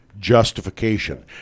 justification